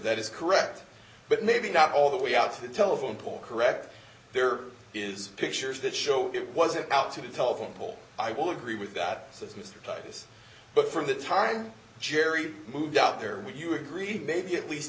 that is correct but maybe not all the way out to the telephone pole correct there is pictures that show it wasn't out to the telephone pole i will agree with that says mr titus but from the time jerry moved out there would you agree maybe at least